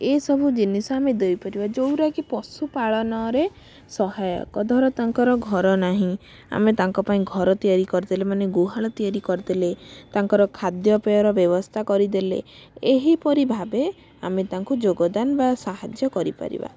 ଏଇସବୁ ଜିନିଷ ଆମେ ଦେଇପାରିବା ଯୋଉରା କି ପଶୁପାଳନରେ ସହାୟକ ଧର ତାଙ୍କର ଘର ନାହିଁ ଆମେ ତାଙ୍କ ପାଇଁ ଘର ତିଆରି କରିଦେଲେ ମାନେ ଗୁହାଳ ତିଆରି କରିଦେଲେ ତାଙ୍କର ଖାଦ୍ୟପେୟର ବ୍ୟବସ୍ଥା କରିଦେଲେ ଏହିପରି ଭାବେ ଆମେ ତାଙ୍କୁ ଯୋଗଦାନ ବା ସାହାଯ୍ୟ କରିପାରିବା